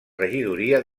regidoria